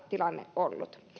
tilanne ollut päällä